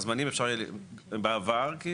רשויות שכבר עברו עליהן בלוח הזמנים בעבר.